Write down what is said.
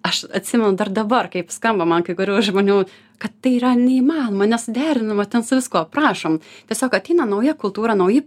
aš atsimenu dar dabar kaip skamba man kai kurių žmonių kad tai yra neįmanoma nesuderinama ten su viskuo prašom tiesiog ateina nauja kultūra nauji